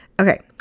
Okay